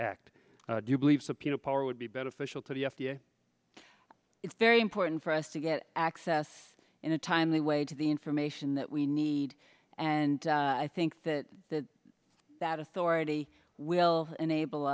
act do you believe subpoena power would be beneficial to the f d a it's very important for us to get access in a timely way to the information that we need and i think that the that authority will enable